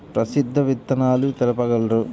ప్రసిద్ధ విత్తనాలు తెలుపగలరు?